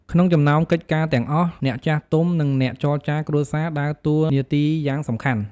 ក្នុងចំណោមកិច្ចការទាំងអស់ អ្នកចាស់ទុំ និងអ្នកចរចារគ្រួសារ ដើរតួនាទីយ៉ាងសំខាន់។